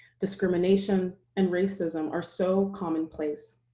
discrimination, and racism are so commonplace.